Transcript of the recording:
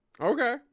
Okay